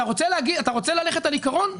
אתה רוצה ללכת על עיקרון?